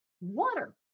water